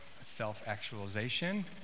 self-actualization